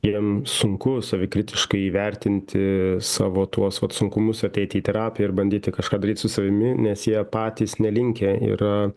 jiem sunku savikritiškai įvertinti savo tuos vat sunkumus ateit į terapiją ir bandyti kažką daryt su savimi nes jie patys nelinkę yra